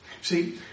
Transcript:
See